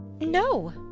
No